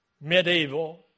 Medieval